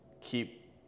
keep